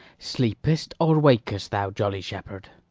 sleepest or wakest thou, jolly shepherd?